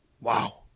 Wow